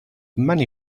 many